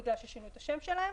בגלל ששינו את השם שלהם.